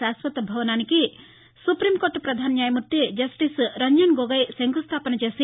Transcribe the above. శాశ్వత భవనానికి సువీంకోర్ట వధాన న్యాయమూర్తి జన్టిన్ రంజన్ గొగోయ్ శంకుస్థావన చేసి